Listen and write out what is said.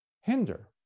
hinder